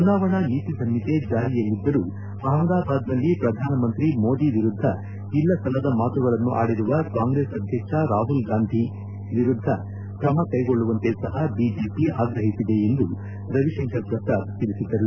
ಚುನಾವಣಾ ನೀತಿ ಸಂಹಿತೆ ಜಾರಿಯಲ್ಲಿದ್ದರೂ ಅಪಮದಾಬಾದ್ನಲ್ಲಿ ಪ್ರಧಾನಿ ಮೋದಿ ವಿರುದ್ದ ಇಲ್ಲಸಲ್ಲದ ಮಾತುಗಳನ್ನು ಆಡಿರುವ ಕಾಂಗ್ರೆಸ್ ಅಧ್ಯಕ್ಷ ರಾಹುಲ್ ಗಾಂಧಿ ವಿರುದ್ದ ಕ್ರಮ ಕೈಗೊಳ್ಳುವಂತೆ ಸಹ ಬಿಜೆಪಿ ಆಗ್ರಹಿಸಿದೆ ಎಂದು ಅವರು ತಿಳಿಸಿದರು